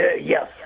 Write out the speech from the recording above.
Yes